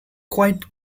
quite